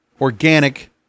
organic